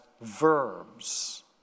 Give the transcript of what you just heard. verbs